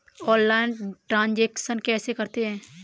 Online transaction कैसे करते हैं?